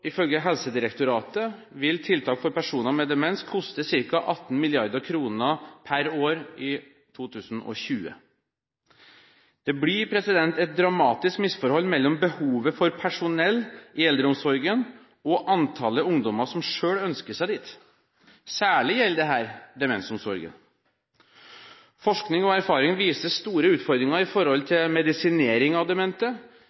Ifølge Helsedirektoratet vil tiltak for personer med demens koste ca. 18 mrd. kr per år i 2020. Det blir et dramatisk misforhold mellom behovet for personell i eldreomsorgen og antall ungdommer som ønsker seg dit. Særlig gjelder dette demensomsorgen. Forskning og erfaring viser store utfordringer i forhold